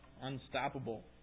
unstoppable